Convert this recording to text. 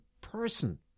person